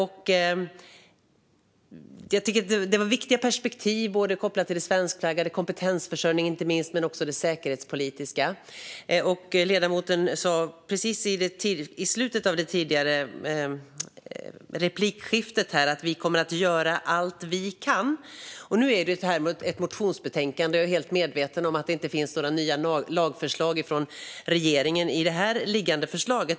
Jag tycker att det var viktiga perspektiv kring det svenskflaggade, kompetensförsörjningen och även det säkerhetspolitiska. Ledamoten sa precis i slutet av det tidigare replikskiftet att "vi kommer att göra allt vi kan". Nu är det här ett motionsbetänkande, och jag är helt medveten om att det inte finns några nya lagförslag från regeringen.